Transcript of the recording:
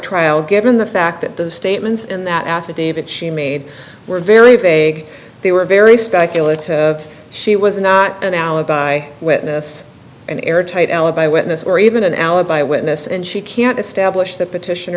trial given the fact that the statements in that affidavit she made were very vague they were very speculative she was not an alibi witness an airtight alibi witness or even an alibi witness and she can't establish that